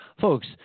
Folks